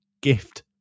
gift